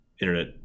internet